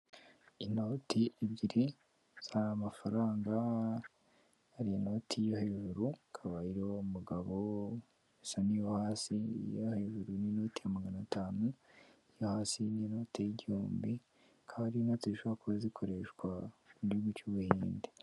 Inoti ebyiri z'amafaranga, hari inoti yo hejuru ikaba iriho umugabo isa niyo hasi, iya hejuru ni inoti ya magana atanu, iyo hasi ni inoti y'igihumbi. Akaba ari inoti zishobora kuba zikoreshwa mu gihugu cy'Ubuhinde.